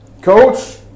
coach